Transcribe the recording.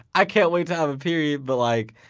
i can't wait to have a period. but like